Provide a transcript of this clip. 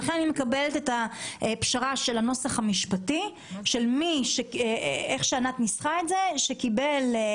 לכן אני מקבלת את הפשרה של הנוסח המשפטי כפי שניסחה אותו ענת,